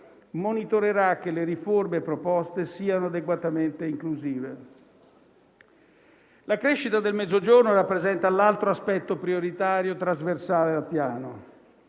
monitorerà che le riforme proposte siano adeguatamente inclusive. La crescita del Mezzogiorno rappresenta l'altro aspetto prioritario trasversale al Piano.